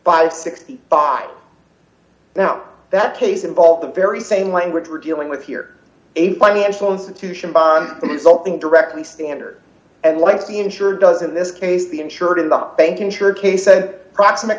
and sixty five now that case involved the very same language we're dealing with here a financial institution by the resulting directly standard and like the insurer does in this case the insured in the bank insured case a proximate